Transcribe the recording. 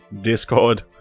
Discord